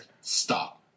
Stop